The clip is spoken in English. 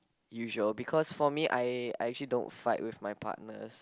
usual because for me I I actually don't fight with my partners